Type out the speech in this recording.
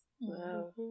Wow